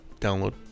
download